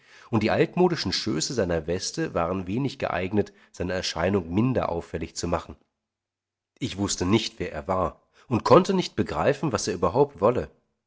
und die altmodischen schöße seiner weste waren wenig geeignet seine erscheinung minder auffällig zu machen ich wußte nicht wer er war und konnte nicht begreifen was er überhaupt wolle